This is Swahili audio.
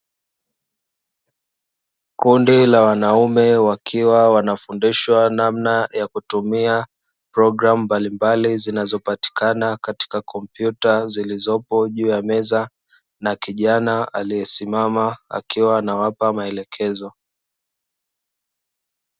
Kundi la wanaume wakiwa wanafundishwa namna ya kutumia programu mbalimbali, zinazopatikana katika kompyuta zilizopo juu ya meza, na kijana aliyesimama akiwa anawapa maelekezo.